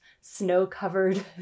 snow-covered